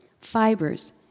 fibers